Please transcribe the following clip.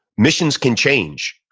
missions can change.